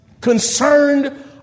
concerned